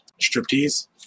striptease